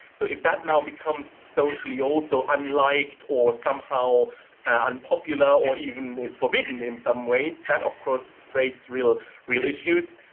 so, if that now becomes socially also unliked or somehow unpopular or even is forbidden in some ways, that, of course, creates real real issues.